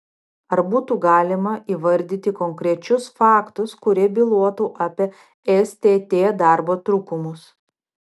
ar būtų galima įvardyti konkrečius faktus kurie bylotų apie stt darbo trūkumus